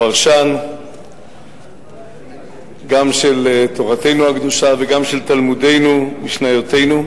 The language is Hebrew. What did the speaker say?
פרשן גם של תורתנו הקדושה וגם של תלמודנו ומשניותינו.